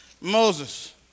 Moses